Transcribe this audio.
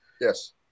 Yes